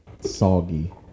soggy